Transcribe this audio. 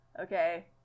Okay